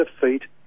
defeat